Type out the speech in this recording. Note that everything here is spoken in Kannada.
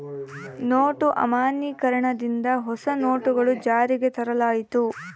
ನೋಟು ಅಮಾನ್ಯೀಕರಣ ದಿಂದ ಹೊಸ ನೋಟುಗಳು ಜಾರಿಗೆ ತರಲಾಯಿತು